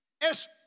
es